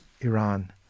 Iran